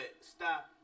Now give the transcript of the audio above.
stop